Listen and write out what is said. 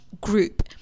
group